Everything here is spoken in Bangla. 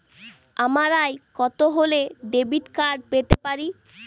আমার আয় কত হলে ডেবিট কার্ড পেতে পারি?